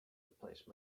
replace